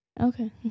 Okay